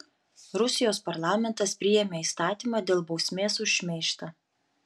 rusijos parlamentas priėmė įstatymą dėl bausmės už šmeižtą